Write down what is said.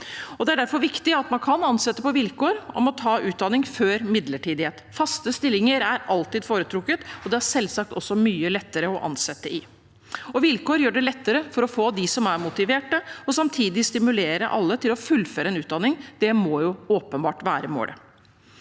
Det er derfor viktig at man kan ansette på vilkår om å ta utdanning før midlertidighet. Faste stillinger er alltid foretrukket, og det er selvsagt mye lettere å ansette i. Vilkår gjør det lettere å få de som er motiverte, og samtidig stimulerer det alle til å fullføre en utdanning. Det må jo åpenbart være målet.